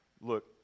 Look